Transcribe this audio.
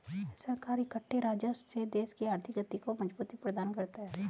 सरकार इकट्ठे राजस्व से देश की आर्थिक गति को मजबूती प्रदान करता है